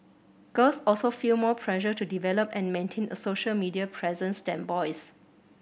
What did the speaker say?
girls also feel more pressure to develop and maintain a social media presence than boys